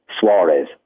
Suarez